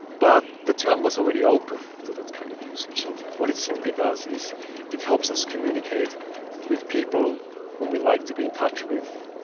but the term was already open to that kind of usage, and what it simply does is it helps us communicate with people who we would like to be in touch with,